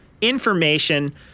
information